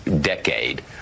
decade